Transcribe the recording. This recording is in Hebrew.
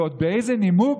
ועוד באיזה נימוק?